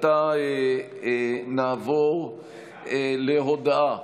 עתה נעבור להודעה,